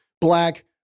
Black